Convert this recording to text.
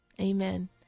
amen